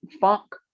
funk